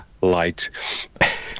light